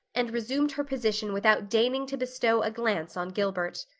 and resumed her position without deigning to bestow a glance on gilbert.